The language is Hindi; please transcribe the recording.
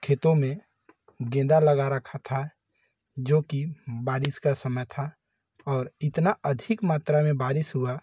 खेतो में गेंदा लगा रखा था जोकि बारिश का समय था और इतना अधिक मात्रा में बारिश हुआ